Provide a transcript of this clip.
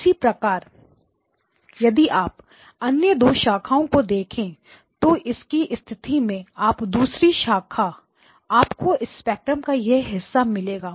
इसी प्रकार यदि आप अन्य दो शाखाओं को देखें तो इसकी स्थिति में आप दूसरी शाखा आपको स्पेक्ट्रम का यह हिस्सा मिलेगा